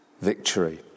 victory